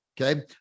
okay